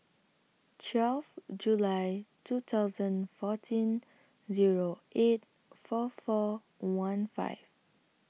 twelfth July two thousand fourteen Zero eight four four one five